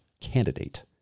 candidate